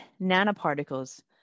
nanoparticles